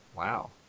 Wow